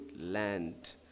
land